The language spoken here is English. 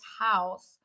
house